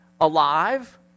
alive